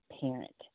parent